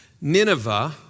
Nineveh